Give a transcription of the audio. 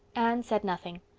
anne said nothing.